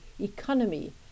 economy